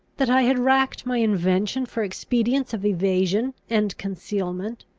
that i had racked my invention for expedients of evasion and concealment